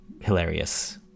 hilarious